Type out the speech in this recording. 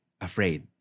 afraid